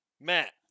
Matt